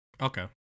Okay